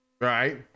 right